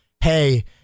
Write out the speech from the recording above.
Hey